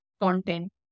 content